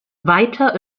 weiter